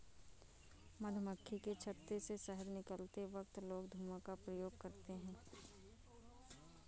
मधुमक्खी के छत्ते से शहद निकलते वक्त लोग धुआं का प्रयोग करते हैं